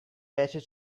better